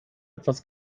etwas